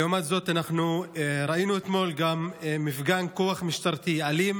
לעומת זאת, ראינו אתמול מפגן כוח משטרתי, אלים,